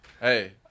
Hey